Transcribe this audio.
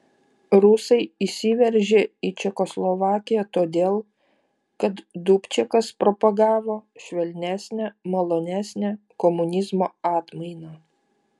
rusai įsiveržė į čekoslovakiją todėl kad dubčekas propagavo švelnesnę malonesnę komunizmo atmainą